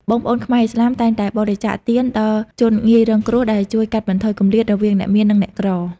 បងប្អូនខ្មែរឥស្លាមតែងតែបរិច្ចាគទាន ដល់ជនងាយរងគ្រោះ ដែលជួយកាត់បន្ថយគម្លាតរវាងអ្នកមាន និងអ្នកក្រ។